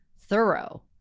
thorough